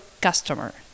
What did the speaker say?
customer